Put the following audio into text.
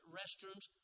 restrooms